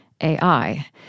AI